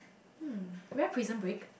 hmm rare Prison Break